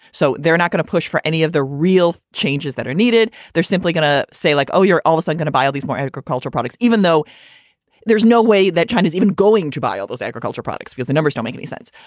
so they're not going to push for any of the real changes that are needed. they're simply going to say like, oh, you're always like going to buy all these more aquaculture products, even though there's no way that china's even going to buy all those agriculture products because the numbers don't make any sense.